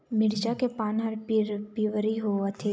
मिरचा के पान हर पिवरी होवथे?